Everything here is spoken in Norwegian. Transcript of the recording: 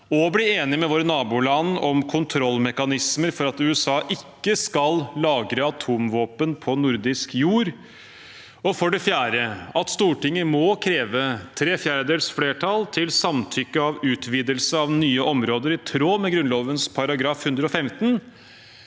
og bli enige med våre naboland om kontrollmekanismer for at USA ikke skal lagre atomvåpen på nordisk jord, og for det fjerde at Stortinget må kreve tre fjerdedels flertall til samtykke av utvidelse av nye områder, i tråd med Grunnloven § 115,